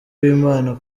w’imana